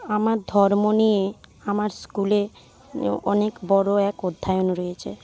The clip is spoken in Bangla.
আমার ধর্ম নিয়ে আমার স্কুলে অনেক বড়ো এক অধ্যায়ন রয়েছে